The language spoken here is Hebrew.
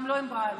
גם לא עם בעלי.